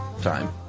time